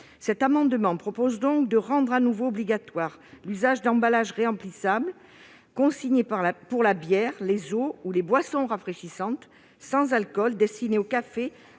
Cet amendement a pour objet de rendre à nouveau obligatoire l'usage d'emballages réemplissables consignés pour la bière, les eaux minérales et les boissons rafraîchissantes sans alcool destinées aux cafés,